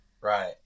Right